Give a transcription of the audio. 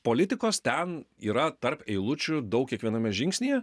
politikos ten yra tarp eilučių daug kiekviename žingsnyje